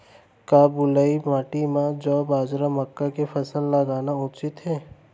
का बलुई माटी म जौ, बाजरा, मक्का के फसल लगाना उचित हे?